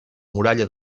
muralla